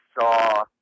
saw